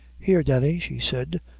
here, denny, she said,